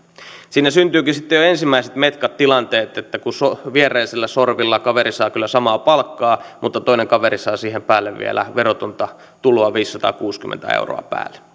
siinä syntyvätkin sitten jo ensimmäiset metkat tilanteet kun viereisellä sorvilla kaveri saa kyllä samaa palkkaa mutta toinen kaveri saa siihen päälle vielä verotonta tuloa viisisataakuusikymmentä euroa